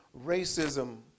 racism